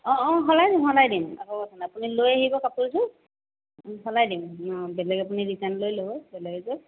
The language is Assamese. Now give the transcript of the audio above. অঁ অঁ সলাই দিম সলাই দিম একো কথা নাই আপুনি লৈ আহিব কাপোৰযোৰ সলাই দিম বেলেগ আপুনি ৰিটাৰ্ণ লৈ ল'ব বেলেগ এযোৰ